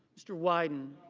mr. wyden.